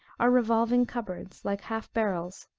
are revolving cupboards, like half-barrels,